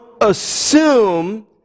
assume